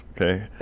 okay